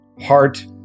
heart